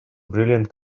brilliant